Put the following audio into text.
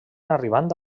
arribant